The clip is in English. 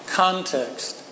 context